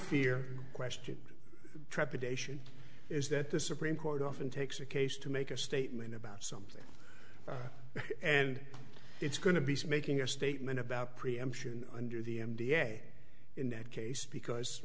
fear question trepidation is that the supreme court often takes a case to make a statement about something and it's going to be making a statement about preemption under the m d a in that case because